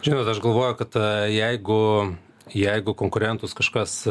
žinot aš galvoju kad jeigu jeigu konkurentus kažkas